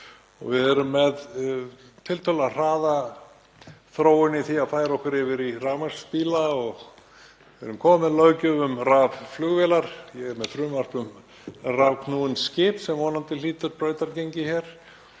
við erum með tiltölulega hraða þróun í því að færa okkur yfir í rafmagnsbíla og við erum komin með löggjöf um rafflugvélar. Ég er með frumvarp um rafknúin skip sem vonandi hlýtur brautargengi hér